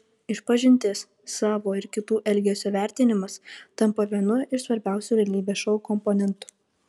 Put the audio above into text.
išpažintis savo ir kitų elgesio vertinimas tampa vienu iš svarbiausių realybės šou komponentų